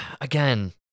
Again